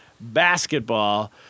basketball